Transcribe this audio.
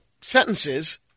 sentences